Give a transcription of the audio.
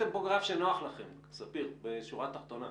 עשיתם פה גרף שנוח לכם, ספיר, בשורה תחתונה.